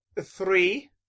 three